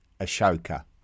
Ashoka